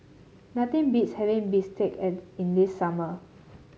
nothing beats having Bistake at in the summer